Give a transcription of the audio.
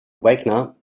wagner